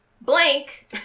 Blank